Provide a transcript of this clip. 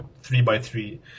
three-by-three